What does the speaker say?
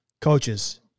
coaches